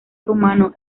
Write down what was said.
rumano